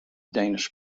danish